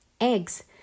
Eggs